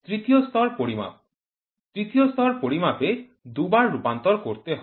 তৃতীয় স্তর পরিমাপ তৃতীয় স্তর পরিমাপে দু'বার রূপান্তর করতে হয়